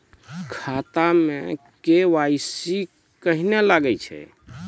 खाता मे के.वाई.सी कहिने लगय छै?